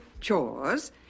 chores